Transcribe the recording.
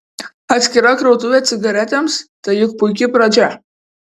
atskira krautuvė cigaretėms tai juk puiki pradžia